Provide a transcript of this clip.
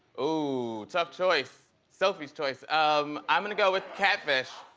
oh, tough choice. sophie's choice. um i'm gonna go with catfish.